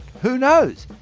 who knows?